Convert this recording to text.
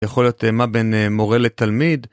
יכול להיות מה בין מורה לתלמיד.